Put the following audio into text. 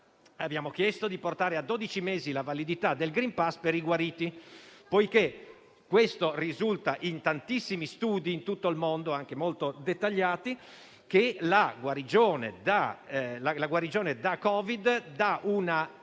Abbiamo chiesto di portare a dodici mesi la validità del *green pass* per i guariti, poiché risulta in tantissimi studi in tutto il mondo, anche molto dettagliati, che la guarigione da Covid dà una